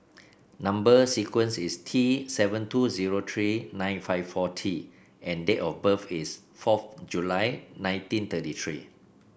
number sequence is T seven two zero three nine five four T and date of birth is fourth July nineteen thirty three